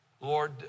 Lord